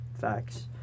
facts